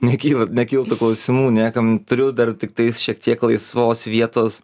nekyla nekiltų klausimų niekam turiu dar tiktais šiek tiek laisvos vietos